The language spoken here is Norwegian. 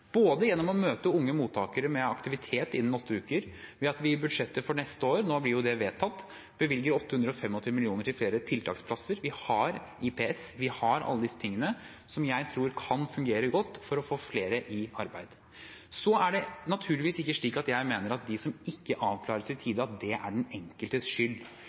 både gjennom å møte unge mottakere med aktivitet innen åtte uker og ved at vi i budsjettet for neste år – nå blir jo det vedtatt – bevilger 825 mill. kr til flere tiltaksplasser. Vi har IPS, vi har alle disse tingene, som jeg tror kan fungere godt for å få flere i arbeid. Så er det naturligvis ikke slik at jeg mener at det å ikke avklares i tide er den enkeltes skyld,